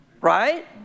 Right